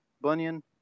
Bunyan